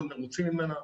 ומאוד מרוצים ממנה.